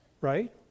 right